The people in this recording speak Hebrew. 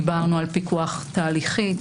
דיברנו על פיקוח תהליכי,